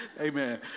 Amen